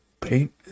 paint